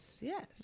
Yes